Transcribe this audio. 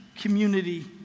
community